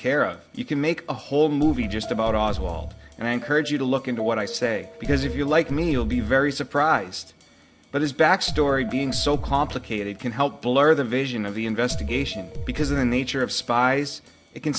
care of you can make a whole movie just about oswald and i encourage you to look into what i say because if you like me you'll be very surprised but his backstory being so complicated can help blur the vision of the investigation because the nature of spies it can